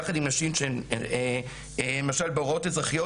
ביחד עם נשים שמאושפזות בהוראות אזרחיות,